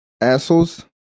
assholes